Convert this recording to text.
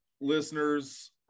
listeners